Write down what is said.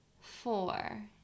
four